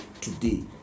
today